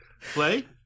play